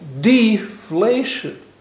deflation